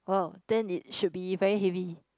wow then it should be very heavy